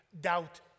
doubt